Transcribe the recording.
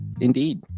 indeed